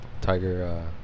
Tiger